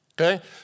Okay